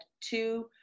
two